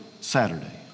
Saturday